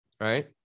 right